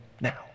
now